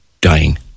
dying